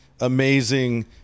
amazing